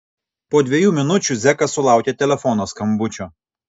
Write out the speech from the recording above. po dviejų minučių zekas sulaukė telefono skambučio